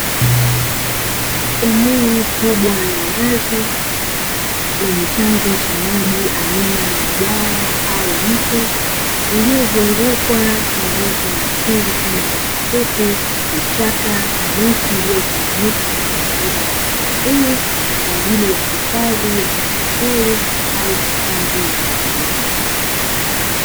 Eneo kubwa la wazi lenye chanzo cha maji aina ya bwawa au mto uliozungukwa na uoto wa asili kama nyasi fupi, vichaka na miti iliyotawanyika na kutengeneza madhari nzuri kwa ajili ya hifadhi ya wanyama pori au hifadhi ya misitu.